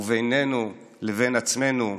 ובינינו לבין עצמנו,